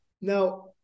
Now